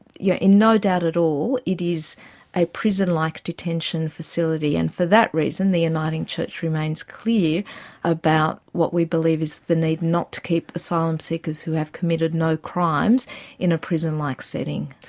you're in no doubt at all it is a prison-like detention facility. and for that reason the uniting church remains clear about what we believe is the need not to keep asylum seekers who have committed no crimes in a prison-like setting.